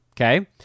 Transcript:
Okay